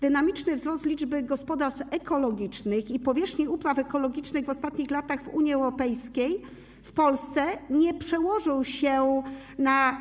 Dynamiczny wzrost liczby gospodarstw ekologicznych i powierzchni upraw ekologicznych w ostatnich latach w Unii Europejskiej nie przełożył się w Polsce.